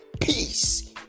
Peace